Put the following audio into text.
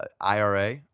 IRA